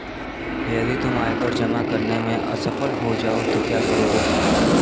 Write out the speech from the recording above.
यदि तुम आयकर जमा करने में असफल हो जाओ तो क्या करोगे?